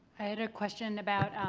i had a question about.